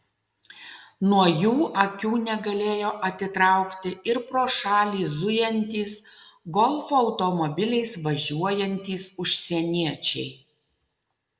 nuo jų akių negalėjo atitraukti ir pro šalį zujantys golfo automobiliais važiuojantys užsieniečiai